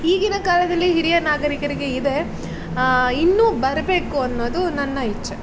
ಈಗಿನ ಕಾಲದಲ್ಲಿ ಹಿರಿಯ ನಾಗರಿಕರಿಗೆ ಇದೆ ಇನ್ನೂ ಬರಬೇಕು ಅನ್ನೋದು ನನ್ನ ಇಚ್ಛೆ